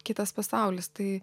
kitas pasaulis tai